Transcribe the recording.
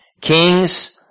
Kings